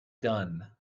done